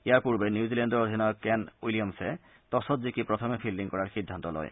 ইয়াৰ পূৰ্বে নিউজিলেণ্ডৰ অধিনায়ক কেন উইলিয়ামছে ট'ছত জিকি প্ৰথমে ফিল্ডিং কৰাৰ সিদ্ধান্ত লয়